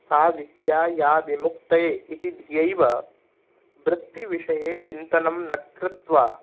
सा विद्या या विमुक्तये इति धियैव वृत्तिविषये चिन्तनं न कृत्वा